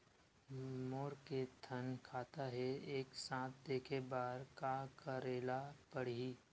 मोर के थन खाता हे एक साथ देखे बार का करेला पढ़ही?